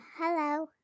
Hello